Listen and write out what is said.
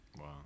wow